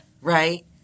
right